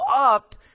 up